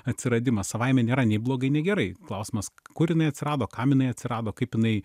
atsiradimas savaime nėra nei blogai nei gerai klausimas kur jinai atsirado kam jinai atsirado kaip jinai